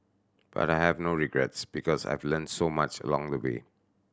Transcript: but I have no regrets because I've learnt so much along the way